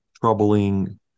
troubling